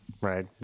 right